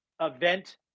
event